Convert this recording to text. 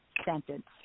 sentence